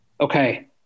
Okay